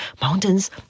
Mountains